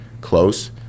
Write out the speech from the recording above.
close